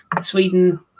Sweden